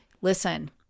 listen